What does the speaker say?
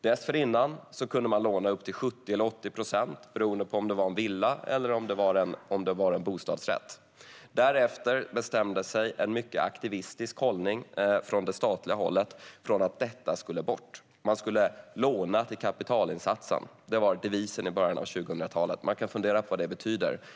Dessförinnan kunde man låna upp till 70 eller 80 procent, beroende på om det var en villa eller om det var en bostadsrätt. Därefter bestämde man från det statliga hållet, med en mycket aktivistisk hållning, att detta skulle bort. Människor skulle låna till kapitalinsatsen. Det var devisen i början av 2000-talet. Vi kan fundera på vad det betyder.